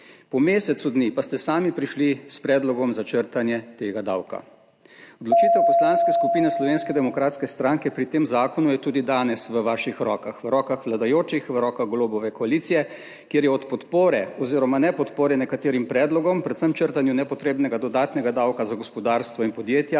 Po mesecu dni pa ste sami prišli s predlogom za črtanje tega davka. Odločitev Poslanske skupine Slovenske demokratske stranke pri tem zakonu je tudi danes v vaših rokah, v rokah vladajočih, v rokah Golobove koalicije, kjer je od podpore oziroma nepodpore nekaterim predlogom, predvsem črtanju nepotrebnega dodatnega davka za gospodarstvo in podjetja